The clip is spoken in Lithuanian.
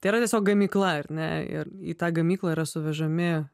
tai yra tiesiog gamykla ar ne ir į tą gamyklą yra suvežami